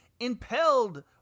Impelled